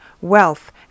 wealth